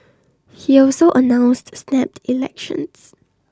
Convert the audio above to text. he also announced snap elections